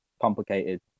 complicated